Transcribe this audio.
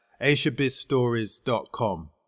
asiabizstories.com